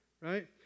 right